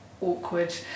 awkward